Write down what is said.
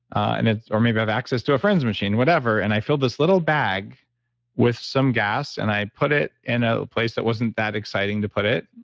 and or maybe i've access to a friend's machine, whatever, and i filled this little bag with some gas and i put it in a place that wasn't that exciting to put it,